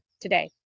today